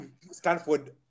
stanford